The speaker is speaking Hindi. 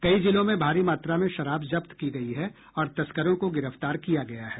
कई जिलों में भारी मात्रा में शराब जब्त की गयी है और तस्करों को गिरफ्तार किया गया है